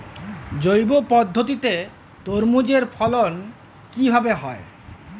জৈব পদ্ধতিতে তরমুজের ফলন কিভাবে হয়?